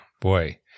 boy